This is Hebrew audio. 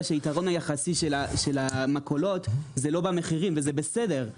שהיתרון היחסי של המכולות זה לא במחירים וזה בסדר,